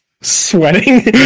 Sweating